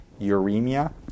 Uremia